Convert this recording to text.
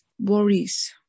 worries